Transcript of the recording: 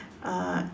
uh